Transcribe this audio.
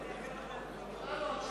אפללו,